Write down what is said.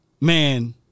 Man